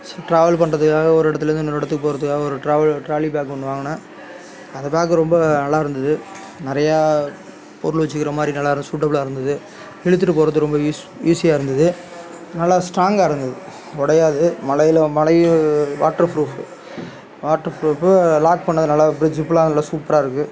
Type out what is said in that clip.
travel பண்ணுறதுக்காக ஒரு இடத்துலேருந்து இன்னொரு இடத்துக்கு போகறதுக்காக ஒரு ட்ராவல் ட்ராலி பேக் ஒன்று வாங்கினேன் அந்த பேக் ரொம்ப நல்லாருந்துது நிறையா பொருள் வச்சுக்கிற மாதிரி நல்லாருந்துது சூட்டபுளாக இருந்துது இழுத்துகிட்டு போகறது ரொம்ப யூஸ் ஈஸியாகருந்துது நல்லா ஸ்டாங்காகருந்துது உடையாது மழையில் மழையும் waterproof waterproof lock பண்ணது நல்லா ஜிப்புலாம் நல்லா சூப்பராக இருக்கு